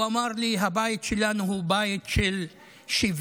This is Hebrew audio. הוא אמר לי: הבית שלנו הוא בית של שוויון,